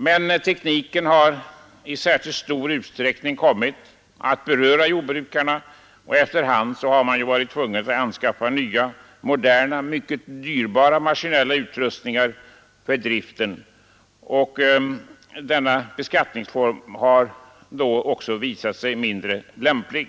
Men tekniken har i särskilt stor utsträckning kommit att beröra jordbrukarna, och efter hand som man varit tvungen att skaffa nya, moderna och mycket dyrbara utrustningar för driften, har denna beskattningsform visat sig vara mindre lämplig.